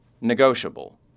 negotiable